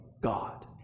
God